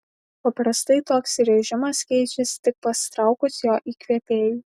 paprastai toks režimas keičiasi tik pasitraukus jo įkvėpėjui